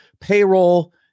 payroll